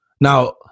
Now